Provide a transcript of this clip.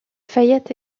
fayette